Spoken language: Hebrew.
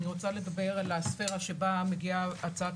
אני רוצה לדבר על הספרה שבה מגיעה הצעת